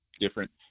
different